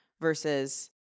versus